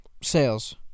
sales